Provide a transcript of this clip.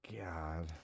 God